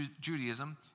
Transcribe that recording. Judaism